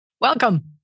Welcome